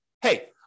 hey